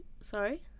Sorry